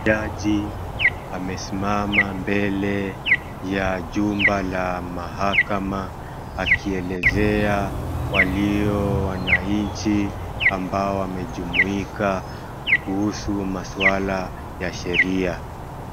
Jaji amesimama mbele ya jumba la mahakama, akielezea walio wananchi ambao wamejumuika kuhusu maswala ya sheria.